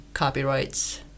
copyrights